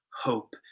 hope